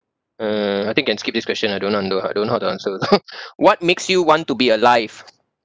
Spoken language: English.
uh I think can skip this question ah I don't know how to do ah I don't know how to answer what makes you want to be alive